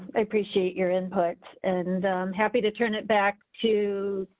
i appreciate your input and i'm happy to turn it back to.